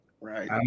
right